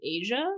asia